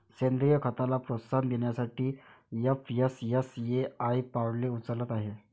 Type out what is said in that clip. सेंद्रीय खताला प्रोत्साहन देण्यासाठी एफ.एस.एस.ए.आय पावले उचलत आहे